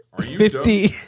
fifty